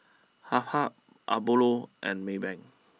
Habhal Apollo and Maybank